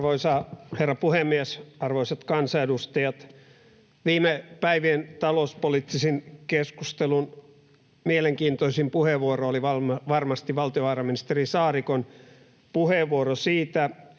Arvoisa herra puhemies, arvoisat kansanedustajat! Viime päivien talouspoliittisen keskustelun mielenkiintoisin puheenvuoro oli varmasti valtiovarainministeri Saarikon puheenvuoro siitä,